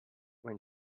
when